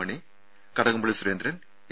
money Kadakampally Surendran A